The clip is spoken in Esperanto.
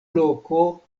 loko